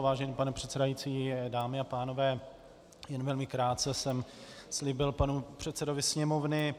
Vážený pane předsedající, dámy a pánové, jen velmi krátce, jak jsem slíbil panu předsedovi Sněmovny.